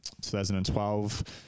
2012